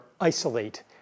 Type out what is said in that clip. isolate